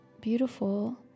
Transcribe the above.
beautiful